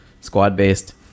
Squad-based